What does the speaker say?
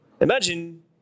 imagine